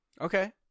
Okay